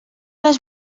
les